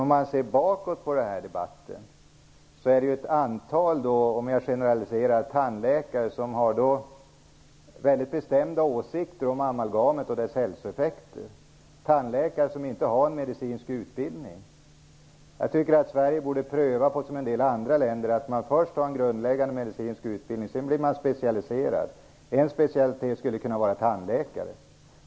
Om vi ser bakåt i den här debatten finner vi att det är ett antal tandläkare, nu generaliserar jag, som har väldigt bestämda åsikter om amalgamet och dess hälsoeffekter tandläkare som inte har medicinsk utbildning. Jag tycker att Sverige, liksom en del andra länder, borde pröva att först ha en grundläggande medicinsk utbildning. Sedan blir man specialiserad. En specialitet skulle kunna vara att bli tandläkare.